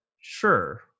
sure